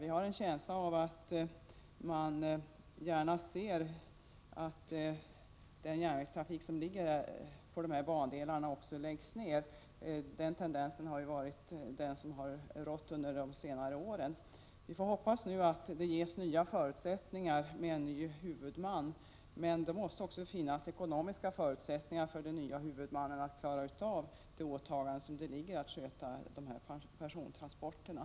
Vi har en känsla av att man gärna ser att järnvägstrafiken på den här bandelen läggs ner. Den tendensen har ju rått under senare år. Vi får hoppas att det ges nya förutsättningar med en ny huvudman. Men då måste det också finnas ekonomiska förutsättningar för den nya huvudmannen att klara av det åtagande som det innebär att sköta persontransporterna.